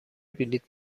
بلیط